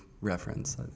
reference